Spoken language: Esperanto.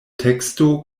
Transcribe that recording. teksto